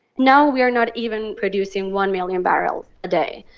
now we are not even producing one million barrels a day